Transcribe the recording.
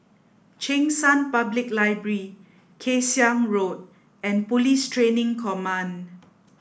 Cheng San Public Library Kay Siang Road and Police Training Command